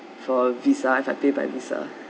for a Visa if I take a Visa